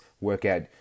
workout